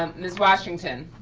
um miss washington.